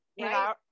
Right